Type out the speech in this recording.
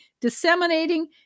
disseminating